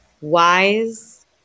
wise